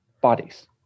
bodies